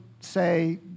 say